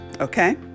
Okay